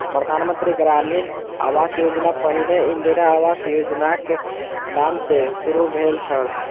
प्रधान मंत्री ग्रामीण आवास योजना पहिने इंदिरा आवास योजनाक नाम सॅ शुरू भेल छल